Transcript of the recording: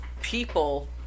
people